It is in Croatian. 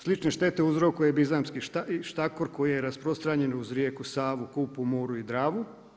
Slične štete uzrokuje i Bizamski štakor koji je rasprostranjen uz rijeku Savu, Kupu, Muru i Dravu.